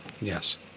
Yes